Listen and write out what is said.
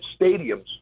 stadiums